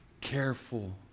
careful